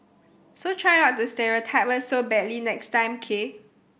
so try not to stereotype us so badly next time k